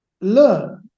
learn